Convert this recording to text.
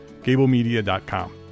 gablemedia.com